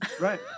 Right